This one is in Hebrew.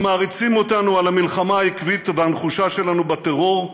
הם מעריצים אותנו על המלחמה העקבית והנחושה שלנו בטרור.